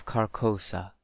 Carcosa